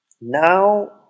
Now